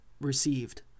received